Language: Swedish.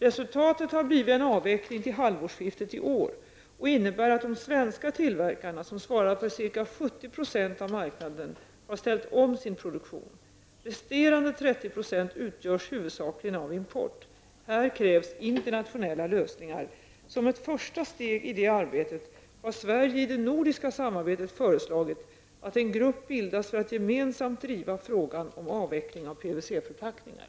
Resultatet har blivit att en avveckling skall ske fram till halvårsskiftet i år och innebär att de svenska tillverkarna, som svarar för ca 70 % av marknaden, har ställt om sin produktion. Resterande 30 % utgörs huvudsakligen av import. Här krävs internationella lösningar. Som ett första steg i det arbetet har Sverige i det nordiska samarbetet föreslagit att en grupp bildas för att gemensamt driva frågan om avveckling av PVC-förpackningar.